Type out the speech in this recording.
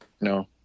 No